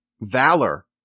valor